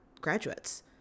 graduates